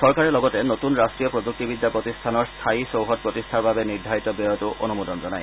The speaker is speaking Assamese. চৰকাৰে লগতে নতুন ৰাষ্ট্ৰীয় প্ৰযুক্তিবিদ্যা প্ৰতিষ্ঠানৰ স্থায়ী চৌহদ প্ৰতিষ্ঠাৰ বাবে নিদ্ধাৰিত ব্যায়তো অনুমোদন জনায়